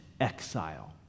exile